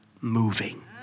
moving